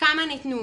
כמה ניתנו,